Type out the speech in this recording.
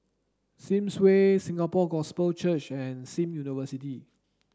Sims Way Singapore Gospel Church and Sim University